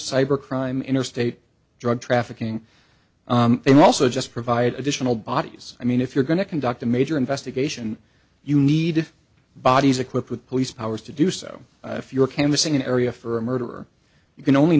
cyber crime interstate drug trafficking they also just provide additional bodies i mean if you're going to conduct a major investigation you need bodies equipped with police powers to do so if you're canvassing an area for a murder you can only